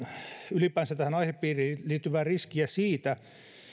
ylipäänsä tähän aihepiiriin liittyvää riskiä siitä